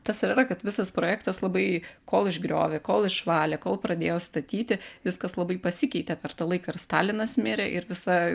tas ir yra kad visas projektas labai kol išgriovė kol išvalė kol pradėjo statyti viskas labai pasikeitė per tą laiką ir stalinas mirė ir visa